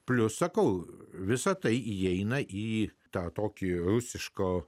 plius sakau visa tai įeina į tą tokie rusiško